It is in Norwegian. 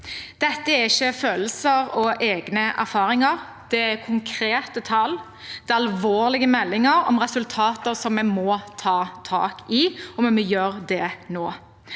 Dette er ikke følelser og egne erfaringer. Det er konkrete tall. Det er alvorlige meldinger om resultater som vi må ta tak i, og vi gjør det nå.